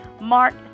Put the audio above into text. Mark